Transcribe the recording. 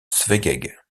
szeged